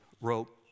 wrote